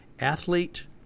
athlete